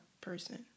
person